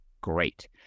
Great